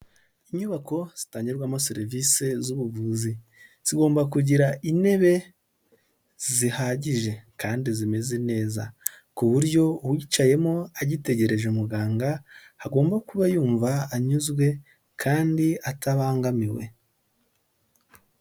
Inyubako zitangirwamo serivisi z'ubuvuzi zigomba kugira intebe zihagije kandi zimeze neza, kuburyo uwicaye mo agitegereje muganga agomba kuba yumva anyuzwe kandi atabangamiwe.